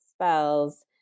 spells